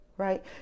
Right